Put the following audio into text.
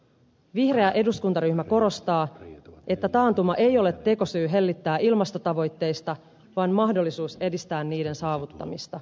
vihreä eduskuntaryhmä korostaa että taantuma ei ole tekosyy hellittää ilmastotavoitteista vaan mahdollisuus edistää niiden saavuttamista